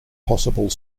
possible